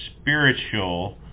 spiritual